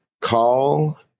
Call